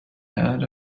had